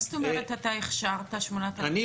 מה זאת אומרת שאתה הכשרת 8,000 עובדים?